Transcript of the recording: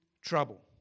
trouble